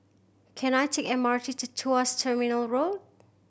can I take M R T to Tuas Terminal Road